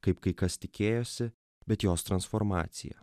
kaip kai kas tikėjosi bet jos transformaciją